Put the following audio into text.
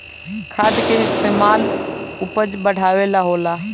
खाद के इस्तमाल उपज बढ़ावे ला होला